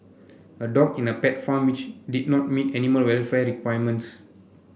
a dog in a pet farm which did not meet animal welfare requirements